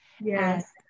yes